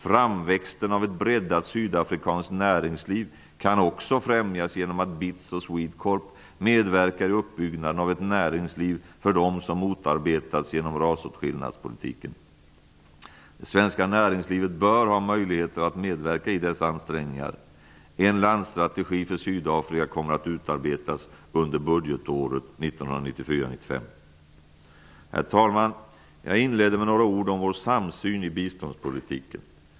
Framväxten av ett breddat sydafrikanskt näringsliv kan också främjas genom att BITS och Swedecorp medverkar i uppbyggnaden av ett näringsliv för dem som motarbetats genom rasåtskillnadspolitiken. Det svenska näringslivet bör ha möjligheter att medverka i dessa ansträngningar. En landstrategi för Sydafrika kommer att utarbetas under budgetåret 1994-1995. Herr talman! Jag inledde med några ord om vår samsyn i biståndspolitiken.